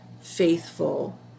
faithful